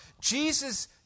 Jesus